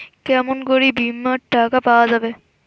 কেমন করি বীমার টাকা পাওয়া যাবে?